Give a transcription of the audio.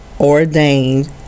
ordained